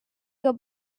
que